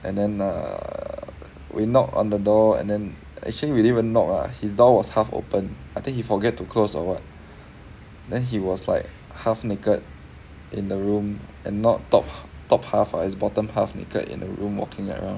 and then err we knock on the door and then actually we didn't even knock lah his door was half open I think he forget to close or what then he was like half naked in the room and not top top half ah is bottom half naked in a room walking around